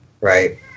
right